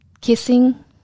Kissing